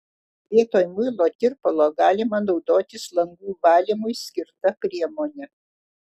vietoj muilo tirpalo galima naudotis langų valymui skirta priemone